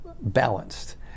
balanced